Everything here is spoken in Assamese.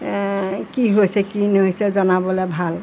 কি হৈছে কি নহৈছে জনাবলৈ ভাল